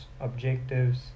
objectives